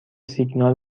سیگنال